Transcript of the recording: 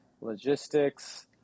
logistics